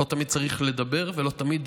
לא תמיד צריך לדבר ולא תמיד